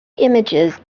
images